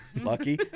Lucky